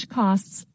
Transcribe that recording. costs